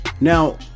Now